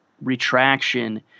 retraction